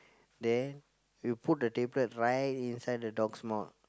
then you put the tablet right inside the dog's mouth